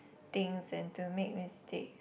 things and to make mistakes